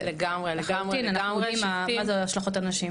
לחלוטין אנחנו יודעים מה זה השלכות על נשים.